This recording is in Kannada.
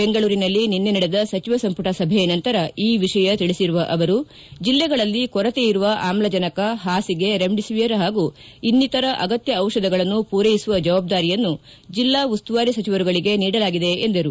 ಬೆಂಗಳೂರಿನಲ್ಲಿ ನಿನ್ನೆ ನಡೆದ ಸಚಿವ ಸಂಪುಟ ಸಭೆಯ ನಂತರ ಈ ವಿಷಯ ತಿಳಿಸಿರುವ ಅವರು ಜಿಲ್ಲೆಗಳಲ್ಲಿ ಕೊರತೆ ಇರುವ ಆಮ್ಲಜನಕ ಹಾಸಿಗೆ ರೆಮಿಡಿಸಿವಿಯರ್ ಹಾಗೂ ಇನ್ನಿತರ ಅಗತ್ಯ ಡಿಷಧಗಳನ್ನು ಪೂರೈಸುವ ಜವಾಬ್ದಾರಿಯನ್ನು ಜಿಲ್ಲಾ ಉಸ್ತುವಾರಿ ಸಚಿವರುಗಳಿಗೆ ನೀಡಲಾಗಿದೆ ಎಂದರು